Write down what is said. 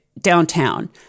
downtown